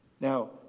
Now